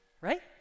right